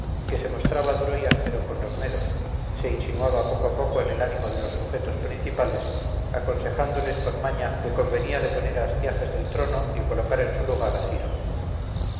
que se mostraba duro y áspero con los medos se insinuaba poco a poco en el ánimo de los sujetos principales aconsejándoles con maña que convenía deponer a astiages del trono y colocar en su lugar a ciro